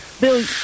bill